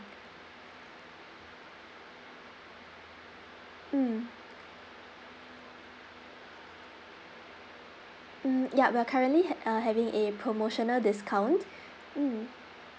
mm mm yup we're currently h~ uh having a promotional discount mm